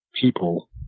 people